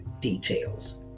details